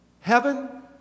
heaven